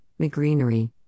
McGreenery